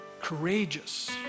Courageous